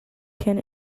can